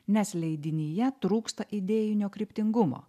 nes leidinyje trūksta idėjinio kryptingumo